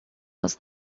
was